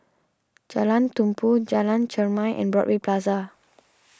Jalan Tumpu Jalan Chermai and Broadway Plaza